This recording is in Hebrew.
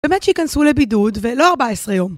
באמת שייכנסו לבידוד, ולא ה-14 יום.